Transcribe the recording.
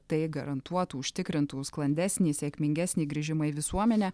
tai garantuotų užtikrintų sklandesnį sėkmingesnį grįžimą į visuomenę